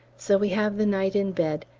so we have the night in bed,